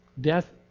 death